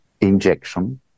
injection